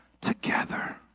together